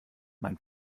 mein